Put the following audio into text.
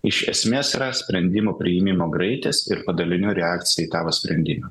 iš esmės yra sprendimo priėmimo greitis ir padalinių reakcija į tavo sprendimą